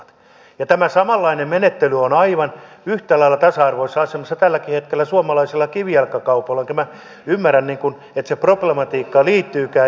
ja tämä samanlainen menettely on tälläkin hetkellä suomalaisilla kivijalkakaupoilla ne ovat aivan yhtä lailla tasa arvoisessa asemassa enkä minä ymmärrä että se problematiikka liittyykään juuri siihen